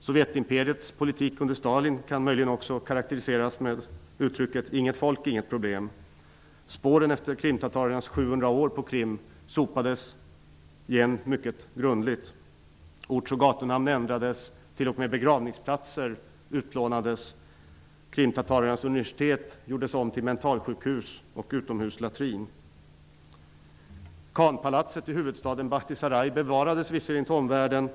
Sovjetimperiets politik under Stalin kan möjligen också karakteriseras med uttrycket: Inget folk, inget problem. Spåren efter krimtatarernas 700 år på Krim sopades igen mycket grundligt. Orts och gatunamn ändrades. T.o.m. begravningsplatser utplånades. Krimtatarernas universitet gjordes om till mentalsjukhus och utomhuslatrin. Khanpalatset i huvudstaden Bachtisaraj bevarades visserligen till eftervärlden.